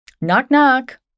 Knock-knock